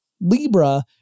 Libra